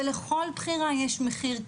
ולכל בחירה יש מחיר,